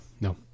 no